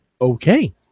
Okay